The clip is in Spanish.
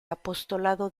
apostolado